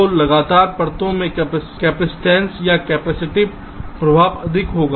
तो लगातार परतों में कपसिटंस या कैपेसिटिव प्रभाव अधिक होगा